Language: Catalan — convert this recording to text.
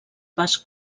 pas